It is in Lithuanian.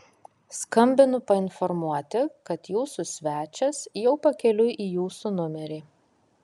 skambinu painformuoti kad jūsų svečias jau pakeliui į jūsų numerį